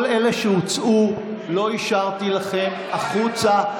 כל אלה שהוצאו, לא אישרתי לכם, החוצה.